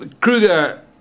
Kruger